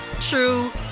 true